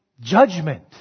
judgment